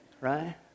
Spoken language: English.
right